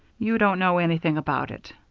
you don't know anything about it.